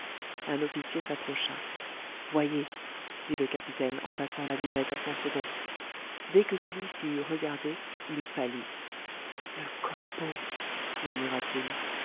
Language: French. un officier s'approcha voyez dit le capitaine en passant la lunette à son second dès que celui-ci eut regardé il pâlit le corbeau murmura-t-il